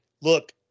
look